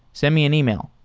send me an email,